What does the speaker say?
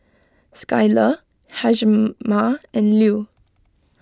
Skylar Hjalmar and Lew